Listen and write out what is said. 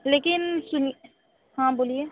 लेकिन सुनिए हाँ बोलिए